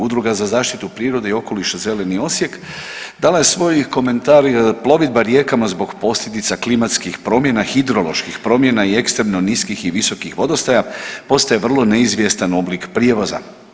Udruga za zaštitu prirode i okoliša „Zeleni Osijek“ dala je svoj komentar: „Plovidba rijekama zbog posljedica klimatskih promjena hidroloških promjena i ekstremno niskih i visokih vodostaja postaje vrlo neizvjestan oblik prijevoza.